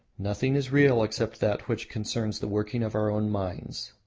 nothing is real except that which concerns the working of our own minds.